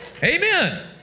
Amen